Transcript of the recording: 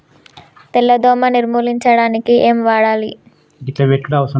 తెల్ల దోమ నిర్ములించడానికి ఏం వాడాలి?